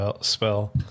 spell